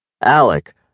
Alec